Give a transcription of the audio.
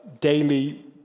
daily